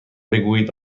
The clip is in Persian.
بگویید